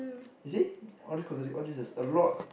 you see all these causes all these is a lot